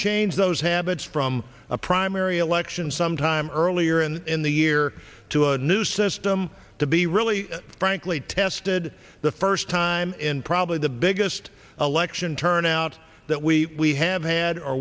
change those habits from a primary election some time earlier in in the year to a new system to be really frankly tested the first time in probably the biggest election turnout that we have had or